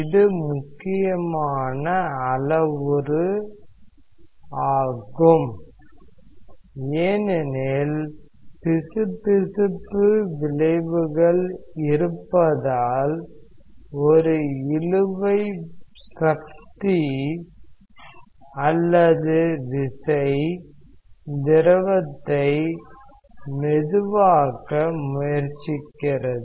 இது முக்கியமான அளவுருவாகும் ஏனெனில் பிசுபிசுப்பு விளைவுகள் இருப்பதால் ஒரு இழுவை சக்தி திரவத்தை மெதுவாக்க முயற்சிக்கிறது